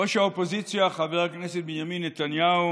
ראש האופוזיציה חבר הכנסת בנימין נתניהו